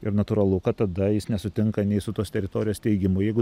ir natūralu kad tada jis nesutinka nei su tos teritorijos steigimu jeigu